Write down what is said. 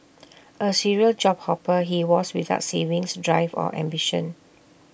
A serial job hopper he was without savings drive or ambition